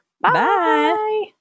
Bye